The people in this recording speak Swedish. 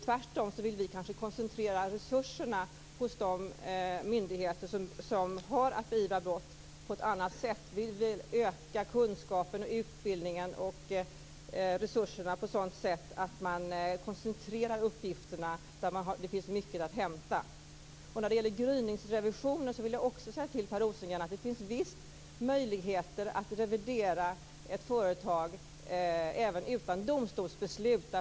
Tvärtom vill vi kanske koncentrera resurserna hos de myndigheter som har att beivra brott på ett annat sätt. Vi vill öka kunskapen, utbildningen och resurserna på ett sådant sätt att man koncentrerar uppgifterna där det finns mycket att hämta. När det gäller gryningsrevisioner vill jag säga till Per Rosengren att det visst finns möjligheter att revidera ett företag även utan domstolsbeslut.